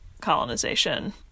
colonization